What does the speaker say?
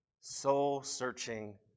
soul-searching